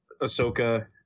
Ahsoka